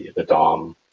the dom,